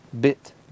bit